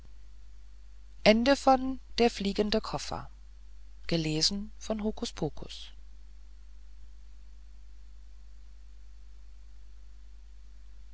der fliegende koffer